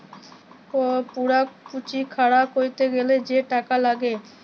পুরা পুঁজি খাড়া ক্যরতে গ্যালে যে টাকা লাগ্যে